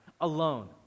alone